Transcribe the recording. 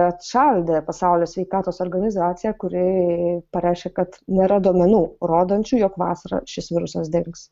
atšaldė pasaulio sveikatos organizacija kuri pareiškė kad nėra duomenų rodančių jog vasarą šis virusas dings